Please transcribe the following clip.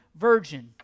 virgin